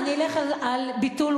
אני אלך על ביטול,